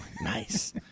nice